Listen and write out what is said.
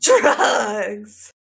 drugs